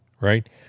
right